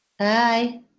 Hi